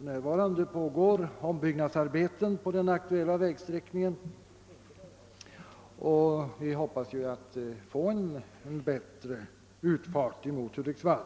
närvarande pågår dock ombyggnadsarbeten på den aktuella vägen, och vi hoppas givetvis att vi snart får en bättre utfart mot Hudiksvall.